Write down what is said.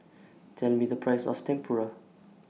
Tell Me The Price of Tempura